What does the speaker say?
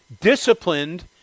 disciplined